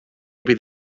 bydd